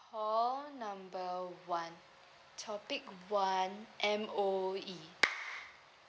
call number one topic one M_O_E